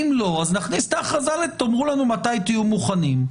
אם לא, תאמרו לנו מתי תהיו מוכנים,